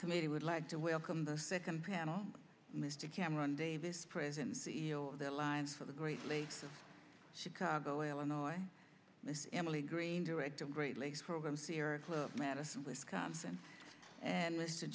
committee would like to welcome the second panel mr cameron davis president c e o of the line for the greatly chicago illinois miss emily green director of great lakes program sierra club madison wisconsin and liste